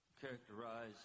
characterize